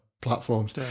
platforms